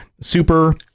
super